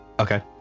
okay